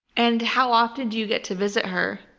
and how often do you get to visit her?